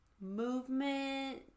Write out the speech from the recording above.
movement